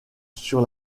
sur